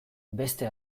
beste